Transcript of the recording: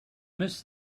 miss